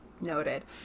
Noted